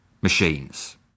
machines